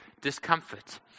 discomfort